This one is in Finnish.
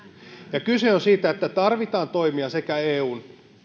ja kyse on siitä että tarvitaan toimia sekä eun